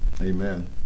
Amen